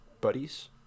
buddies